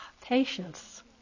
patience